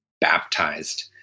baptized